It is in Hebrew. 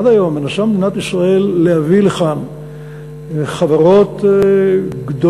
עד היום מנסה מדינת ישראל להביא לכאן חברות גדולות,